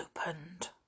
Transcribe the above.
opened